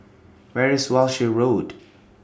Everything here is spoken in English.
Where IS Walshe Road